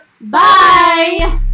Bye